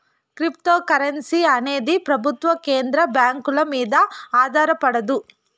cryptocurrency అనేది ప్రభుత్వం కేంద్ర బ్యాంకుల మీద ఆధారపడదు